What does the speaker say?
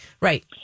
Right